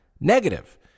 negative